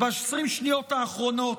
ב-20 השניות האחרונות,